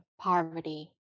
poverty